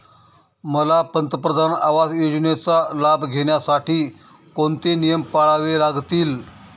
मला पंतप्रधान आवास योजनेचा लाभ घेण्यासाठी कोणते नियम पाळावे लागतील?